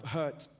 hurt